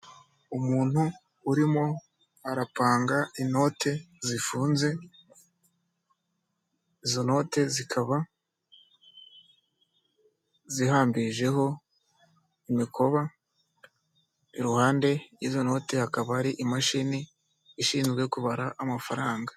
Umuntu urimo arapanaga inote zifunze, izo note zikaba zihambijeho umikoba, iruhande rw'izo note hakaba hariho imashini ishinzwe kubara amafaranga.